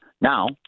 Now